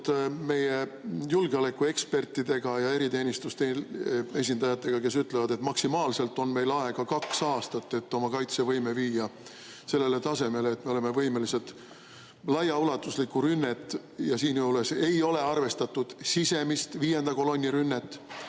meie julgeolekuekspertidega ja eriteenistuste esindajatega, kes ütlevad, et maksimaalselt on meil aega kaks aastat viia oma kaitsevõime sellele tasemele, et me oleksime võimelised laiaulatuslikku rünnet – ja siinjuures ei ole arvestatud sisemist, viienda kolonni rünnet